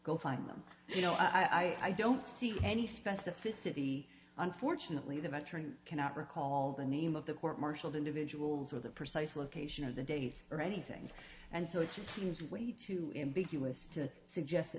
go find them you know i don't see any specificity unfortunately the veteran cannot recall the name of the court martialled individuals or the precise location of the dates or anything and so it just seems way too ambiguous to suggest